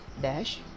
dash